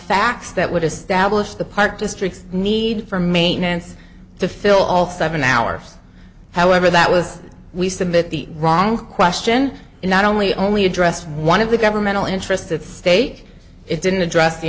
facts that would establish the park district need for maintenance to fill all thousand hours however that was we submit the wrong question and not only only address one of the governmental interests at stake it didn't address the